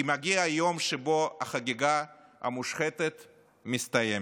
שמגיע היום שבו החגיגה המושחתת מסתיימת,